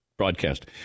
broadcast